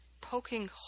poking